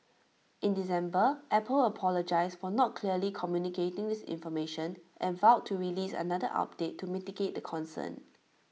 in December Apple apologised for not clearly communicating this information and vowed to release another update to mitigate the concern